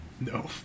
No